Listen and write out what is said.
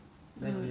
ya